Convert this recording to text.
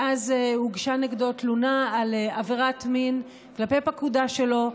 ואז הוגשה נגדו תלונה על עבירת מין כלפי פקודה שלו.